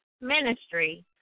Ministry